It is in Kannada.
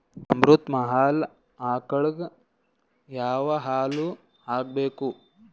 ಅಮೃತ ಮಹಲ್ ಆಕಳಗ ಯಾವ ಹುಲ್ಲು ಹಾಕಬೇಕು?